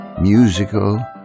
musical